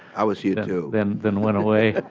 i was here too. then then went away.